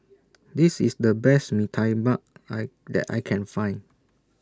This IS The Best Mee Tai Bak I that I Can Find